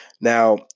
Now